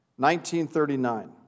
1939